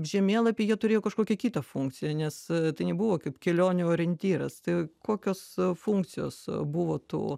žemėlapiai jie turėjo kažkokią kitą funkciją nes tai nebuvo kaip kelionių orientyras tai kokios funkcijos buvo tų